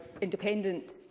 independent